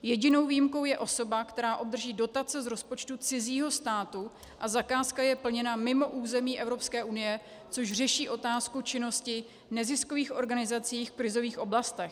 Jedinou výjimkou je osoba, která obdrží dotace z rozpočtu cizího státu, a zakázka je plněna mimo území Evropské unie, což řeší otázku činnosti neziskových organizací v krizových oblastech.